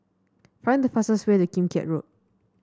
find the fastest way to Kim Keat Road